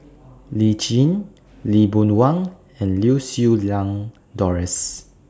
Lee Tjin Lee Boon Wang and Lau Siew Lang Doris